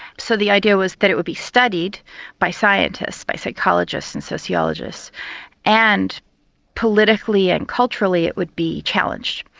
so the idea was that it would be studied by scientists, by psychologists and sociologists and politically and culturally it would be challenged.